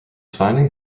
finding